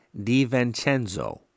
DiVincenzo